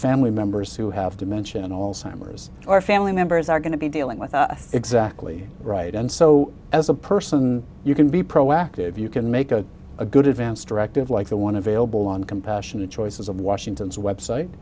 family members who have to mention and all simers or family members are going to be dealing with exactly right and so as a person you can be proactive you can make a good advanced directive like the one available on compassionate choices of washington's website